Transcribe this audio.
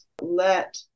let